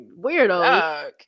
Weirdo